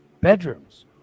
bedrooms